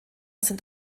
sind